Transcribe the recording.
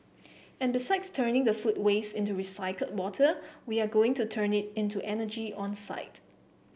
and besides turning the food waste into recycled water we are going to turn it into energy on site